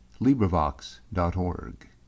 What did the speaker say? LibriVox.org